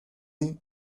ahí